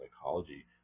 psychology